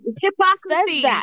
Hypocrisy